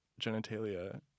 genitalia